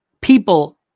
people